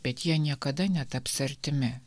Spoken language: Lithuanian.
bet jie niekada netaps artimi